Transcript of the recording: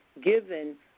given